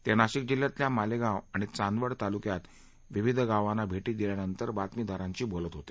ते नाशिक जिल्ह्यातल्या मालेगाव आणि चांदवड तालुक्यात विविध गावांना भेटी दिल्यानंतर बातमीदारांशी बोलत होते